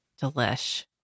Delish